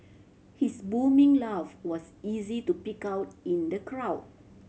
his booming laugh was easy to pick out in the crowd